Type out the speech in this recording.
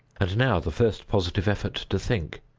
and now the first positive effort to think.